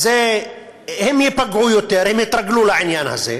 הם ייפגעו יותר, הם התרגלו לעניין הזה.